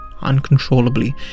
uncontrollably